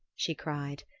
she cried,